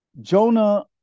Jonah